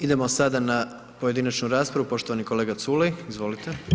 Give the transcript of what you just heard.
Idemo sada na pojedinačnu raspravu, poštovani kolega Culej, izvolite.